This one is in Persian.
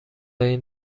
این